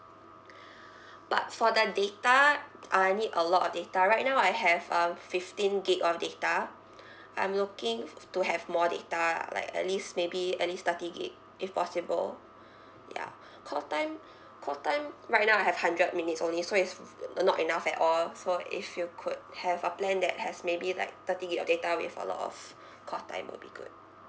but for the data I need a lot of data right now I have um fifteen gig of data I'm looking f~ to have more data like at least maybe at least thirty gig if possible yeah call time call time right now I have hundred minutes only so if not enough at all so if you could have a plan that has maybe like thirty gig of data with a lot of call time will be good